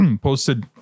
posted